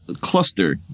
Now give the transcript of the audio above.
cluster